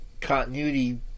continuity